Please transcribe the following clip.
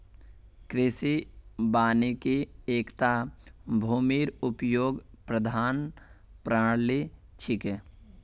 कृषि वानिकी एकता भूमिर उपयोग प्रबंधन प्रणाली छिके